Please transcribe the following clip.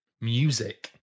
music